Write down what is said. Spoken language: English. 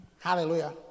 Hallelujah